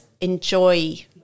enjoy